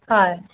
হয়